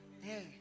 Hey